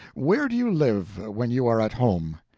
where do you live, when you are at home?